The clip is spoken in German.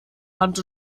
hand